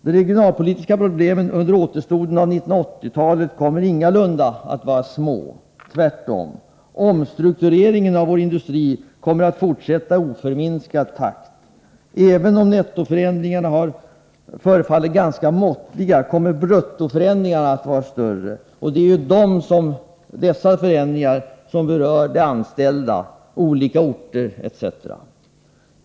De regionalpolitiska problemen under återstoden av 1980-talet kommer ingalunda att vara små. Tvärtom. Omstruktureringen av vår industri komnaer att fortsätta i oförminskad takt. Även om nettoförändringarna förefaller ganska måttliga kommer bruttoförändringarna att vara stora. Det är ju dessa förändringar som berör de anställda, olika orter etc.